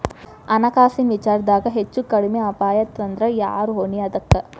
ಹಣ್ಕಾಸಿನ್ ವಿಚಾರ್ದಾಗ ಹೆಚ್ಚು ಕಡ್ಮಿ ಅಪಾಯಾತಂದ್ರ ಯಾರ್ ಹೊಣಿ ಅದಕ್ಕ?